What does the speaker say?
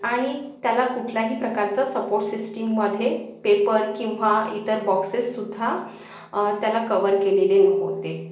आणि त्याला कुठल्याही प्रकारचं सपोट सिस्टिममध्ये पेपर किंवा इतर बॉक्सेससुद्धा त्याला कवर केलेले नव्हते